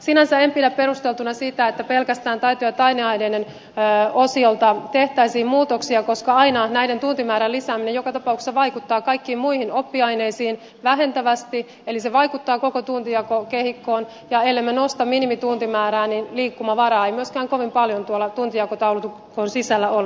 sinänsä en pidä perusteltuna sitä että pelkästään taito ja taideaineiden osiolta tehtäisiin muutoksia koska aina näiden tuntimäärän lisääminen joka tapauksessa vaikuttaa kaikkiin muihin oppiaineisiin vähentävästi eli se vaikuttaa koko tuntijakokehikkoon ja ellemme nosta minimituntimäärää niin liikkumavaraa ei myöskään kovin paljon tuolla tuntijakotaulukon sisällä ole